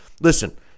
listen